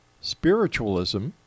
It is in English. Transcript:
spiritualism